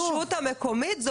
לרשות המקומית,